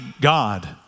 God